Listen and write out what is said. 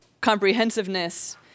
comprehensiveness